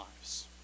lives